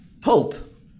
pulp